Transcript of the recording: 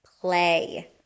play